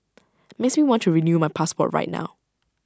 makes me want to renew my passport right now